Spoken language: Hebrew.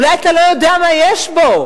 אולי אתה לא יודע מה יש בו,